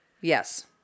Yes